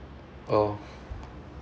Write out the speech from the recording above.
oh